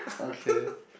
okay